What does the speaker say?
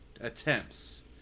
Attempts